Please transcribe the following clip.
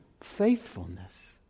faithfulness